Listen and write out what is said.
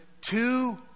two